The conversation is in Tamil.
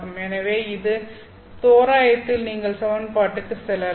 எனவே இந்த தோராயத்தில் நீங்கள் சமன்பாட்டுக்கு செல்லலாம்